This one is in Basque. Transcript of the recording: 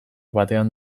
batean